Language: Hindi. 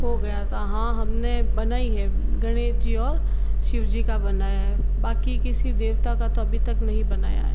हो गया था हाँ हमने बनई है गणेश जी और शिव जी का बनाया है बाकी किसी देवता का तो अभी तक नहीं बनाया है